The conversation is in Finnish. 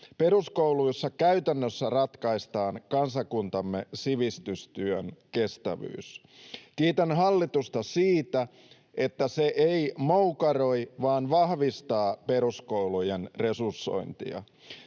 Peruskouluissa käytännössä ratkaistaan kansakuntamme sivistystyön kestävyys. Kiitän hallitusta siitä, että se ei moukaroi vaan vahvistaa peruskoulujen resursointia.